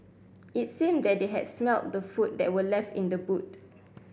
it seemed that they had smelt the food that were left in the boot